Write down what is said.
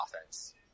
offense